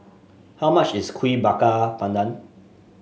how much is Kuih Bakar Pandan